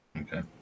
okay